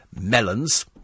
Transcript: melons